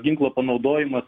ginklo panaudojimas